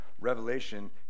Revelation